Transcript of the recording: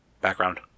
background